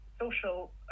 social